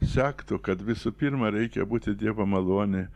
sektų kad visų pirma reikia būti dievo malonė